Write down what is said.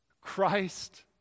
Christ